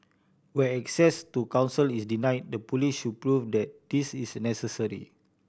where access to counsel is denied the police should prove that this is necessary